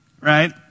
right